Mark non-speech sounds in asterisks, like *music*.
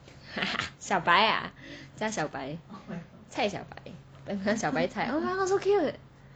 *laughs* 小白啊叫小白蔡小白 then become 小白菜 oh !wow! so cute